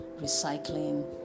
Recycling